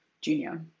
junior